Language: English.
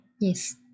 Yes